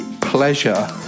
pleasure